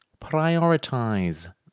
prioritize